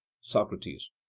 socrates